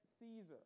Caesar